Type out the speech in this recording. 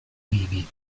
vivi